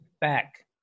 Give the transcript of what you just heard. back